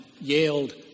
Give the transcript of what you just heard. yelled